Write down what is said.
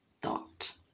thought